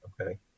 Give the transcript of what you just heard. Okay